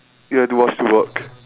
ya tomorrow still got